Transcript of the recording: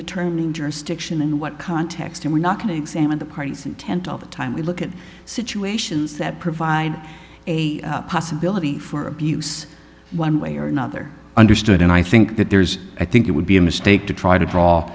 determining jurisdiction and what context and we're not going to examine the parties intent all the time we look at situations that provide a possibility for abuse one way or another understood and i think that there's i think it would be a mistake to try to draw